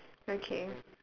okay